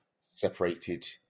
separated